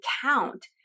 count